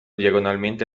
diagonalmente